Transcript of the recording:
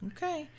Okay